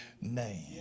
name